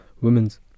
women's